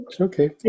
Okay